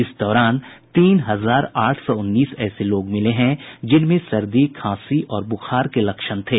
इस दौरान तीन हजार आठ सौ उन्नीस ऐसे लोग मिले जिनमें सर्दी खांसी और बुखार के लक्षण थे